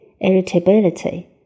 Irritability